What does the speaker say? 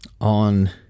on